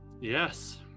yes